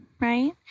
Right